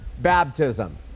baptism